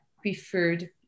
preferred